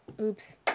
Oops